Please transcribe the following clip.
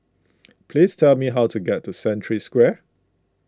please tell me how to get to Century Square